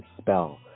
spell